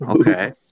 Okay